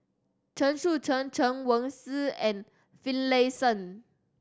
Chen Sucheng Chen Wen Hsi and Finlayson